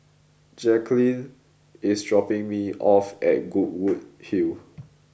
Jacalyn is dropping me off at Goodwood Hill